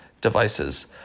devices